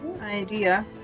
idea